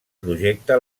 projecte